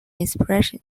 inspiration